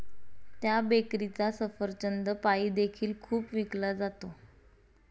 त्या बेकरीचा सफरचंद पाई देखील खूप विकला जातो